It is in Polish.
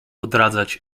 odradzać